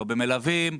לא במלווים,